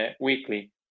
weekly